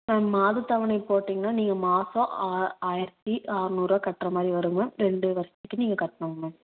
ma'am மாத தவணை போட்டிங்கனா நீங்கள் மாசம் ஆ ஆயிரத்தி ஆற்நூறுபா கட்டுற மாதிரி வரும் மேம் ரெண்டு வருஷத்துக்கு நீங்கள் கட்டணுங்க மேம்